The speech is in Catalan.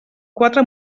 quatre